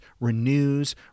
renews